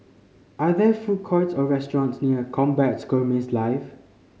are there food courts or restaurants near Combat Skirmish Live